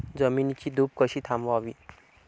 जमिनीची धूप कशी थांबवावी?